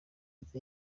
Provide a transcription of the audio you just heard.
ati